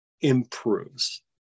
improves